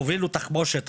הובילו תחמושת,